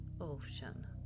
ocean